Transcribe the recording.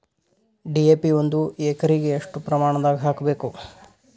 DAP ಒಂದು ಎಕರಿಗ ಎಷ್ಟ ಪ್ರಮಾಣದಾಗ ಹಾಕಬೇಕು?